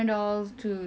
ya